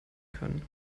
können